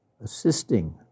assisting